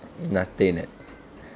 நத்தைன்னு:nathainnu